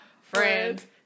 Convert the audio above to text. friends